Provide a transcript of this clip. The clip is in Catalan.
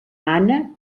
anna